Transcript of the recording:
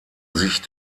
sich